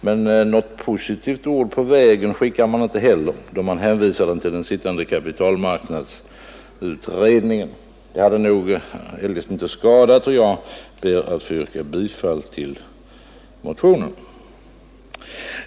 men något positivt ord på vägen skickar man inte heller med då man hänvisar förslaget till den sittande kapitalmarknadsutredningen. Det hade eljest inte skadat, och jag ber därför att få yrka bifall till motionen.